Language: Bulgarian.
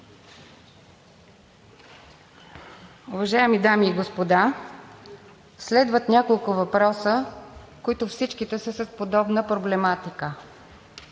Уважаеми дами и господа! Следват няколко въпроса, като всичките са с подобна проблематика.